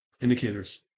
indicators